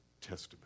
Testament